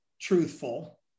truthful